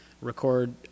record